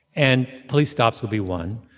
and police stops would be one,